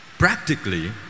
Practically